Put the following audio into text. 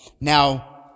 Now